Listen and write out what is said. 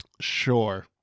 sure